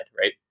right